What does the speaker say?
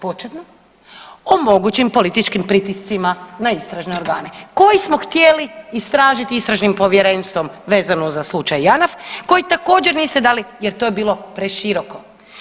Početno o mogućim političkim pritiscima na istražne organe koji smo htjeli istražiti istražnim povjerenstvom vezano za slučaj JANAF koji također niste dali jer to je bilo preširoko.